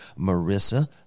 Marissa